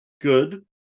good